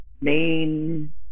main